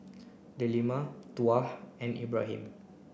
Delima Tuah and Ibrahim